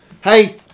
Hey